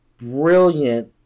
brilliant